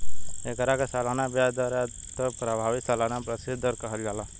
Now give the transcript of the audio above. एकरा के सालाना ब्याज दर या त प्रभावी सालाना प्रतिशत दर कहल जाला